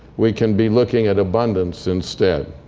we can be looking at abundance instead.